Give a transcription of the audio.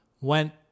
went